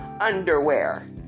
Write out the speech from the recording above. underwear